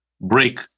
break